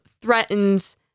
threatens